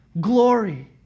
glory